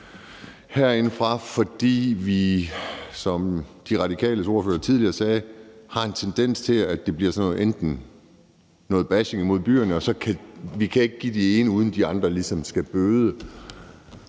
forhold til, fordi vi, sådan som De Radikales ordfører også sagde det tidligere, har en tendens til, at det bliver sådan noget bashing imod byerne, og så kan vi ikke give den ene noget, uden at den anden ligesom skal bøde.